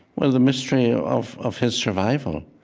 well the mystery of of his survival.